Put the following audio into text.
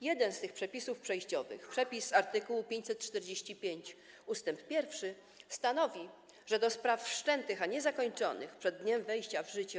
Jeden z tych przepisów przejściowych, przepis art. 545 ust. 1, stanowi, że do spraw wszczętych, a niezakończonych przed dniem wejścia w życie